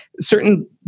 certain